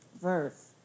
verse